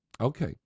Okay